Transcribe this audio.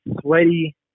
sweaty